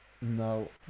No